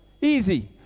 easy